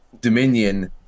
Dominion